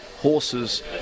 horses